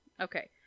Okay